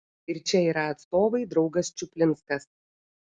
ir čia yra atstovai draugas čuplinskas